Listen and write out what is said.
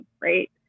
right